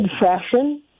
fashion